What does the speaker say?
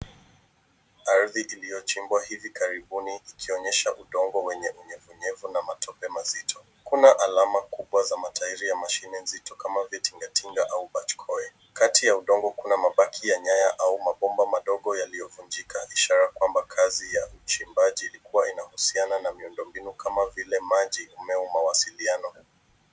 Ardhi iliyochimbwa hivi karibuni ikionyesha udongo wenye unyevunyevu na matope mazito. Kuna alama kubwa za matairi ya mashine nzito kama vile tinga tinga au backhoe . Kati ya udongo, kuna mabaki ya nyaya au mabomba madogo yaliyovunjika, ishara kwamba kazi ya uchimbaji ilikua inahusiana na miundo mbinu kama vile maji, umeme au mawasilano.